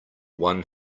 one